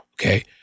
okay